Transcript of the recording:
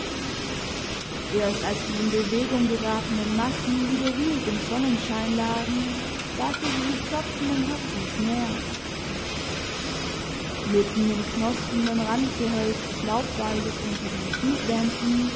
erst als die in bewegung geratenen massen wieder ruhig im sonnenschein lagen wagte sie sich klopfenden herzens näher mitten im knospenden randgehölz des laubwaldes unter den